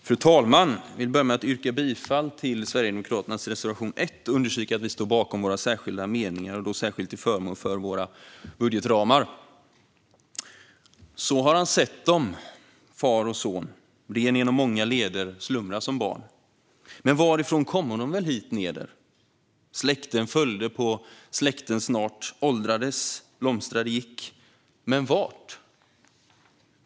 Fru talman! Jag vill börja med att yrka bifall till Sverigedemokraternas reservation 1 och understryka att vi står bakom våra särskilda meningar och då särskilt till förmån för våra budgetramar. Så har han sett dem, far och son, ren genom många lederslumra som barn; men varifrånkommo de väl hit neder? Släkte följde på släkte snart, blomstrade, åldrades, gick - men vart?